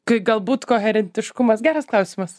kai galbūt koherentiškumas geras klausimas